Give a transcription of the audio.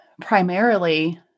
primarily